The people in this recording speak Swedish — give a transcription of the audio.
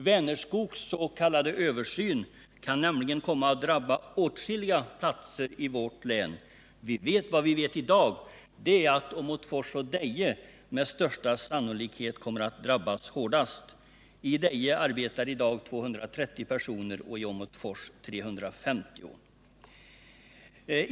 Vänerskogs s.k. översyn kan nämligen komma att drabba åtskilliga platser i vårt län. Vad vi vet i dag är att Åmotfors och Deje med största sannolikhet kommer att drabbas hårdast. I Deje arbetar i dag 230 personer och i Åmotfors 350.